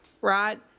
Right